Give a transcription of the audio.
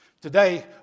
Today